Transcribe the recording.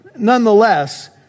Nonetheless